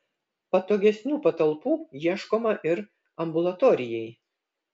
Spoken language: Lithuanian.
patogesnių patalpų ieškoma ir ambulatorijai